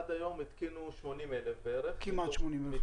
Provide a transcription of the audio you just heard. עד היום התקינו כמעט 80,000,